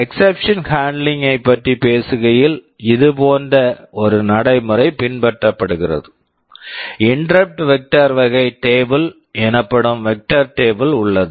exception handling exception handling ஐப் பற்றி பேசுகையில் இது போன்ற ஒரு நடைமுறை பின்பற்றப்படுகிறது இன்டெரப்ட் வெக்டர் interrupt vector வகை டேபிள் table எனப்படும் வெக்டர் டேபிள் vector table உள்ளது